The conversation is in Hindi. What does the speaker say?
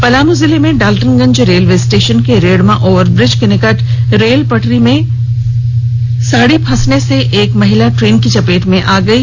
पलामू जिले में डालटनगंज रेलवे स्टेशन के रेड़मा ओवरब्रिज के निकट रेल पटरी में साड़ी फंसने सेएक महिला ट्रेन की चपेट में आ गयी